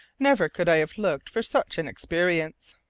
never could i have looked for such an experience!